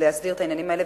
להסדיר את העניינים האלה,